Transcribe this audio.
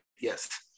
yes